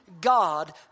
God